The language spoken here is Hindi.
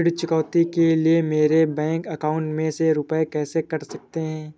ऋण चुकौती के लिए मेरे बैंक अकाउंट में से रुपए कैसे कट सकते हैं?